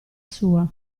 sua